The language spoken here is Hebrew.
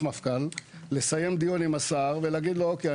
מפכ"ל לסיים דיון עם השר ולהגיד לו: אוקיי,